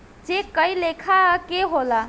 check कए लेखा के होला